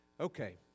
Okay